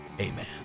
amen